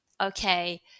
okay